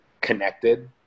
connected